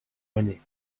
monnaie